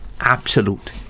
absolute